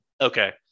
okay